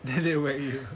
then they whack you